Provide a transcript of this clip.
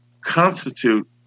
constitute